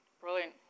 Brilliant